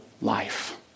life